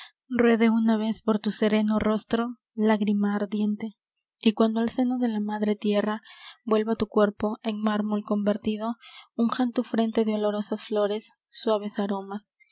ruede una vez por tu sereno rostro lágrima ardiente y cuando al seno de la madre tierra vuelva tu cuerpo en mármol convertido unjan tu frente de olorosas flores suaves aromas